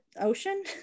ocean